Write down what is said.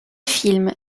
film